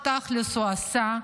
מה תכלס הוא עשה?